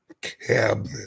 cabinet